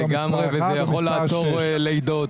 לגמרי וזה יכול לעצור לידות